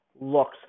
looks